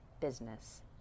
business